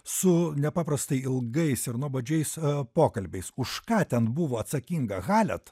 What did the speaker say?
su nepaprastai ilgais ir nuobodžiais pokalbiais už ką ten buvo atsakinga halet